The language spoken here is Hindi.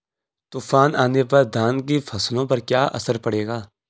तूफान आने पर धान की फसलों पर क्या असर पड़ेगा?